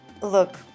look